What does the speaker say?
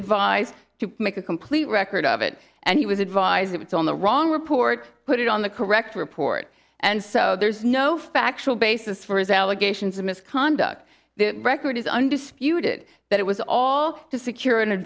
advised to make a complete record of it and he was advised of it's on the wrong report put it on the correct report and so there's no factual basis for his allegations of misconduct the record is undisputed that it was all to secur